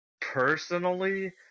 Personally